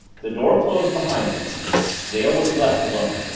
the door closed behind him dale was left alone.